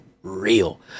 real